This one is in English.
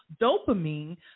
dopamine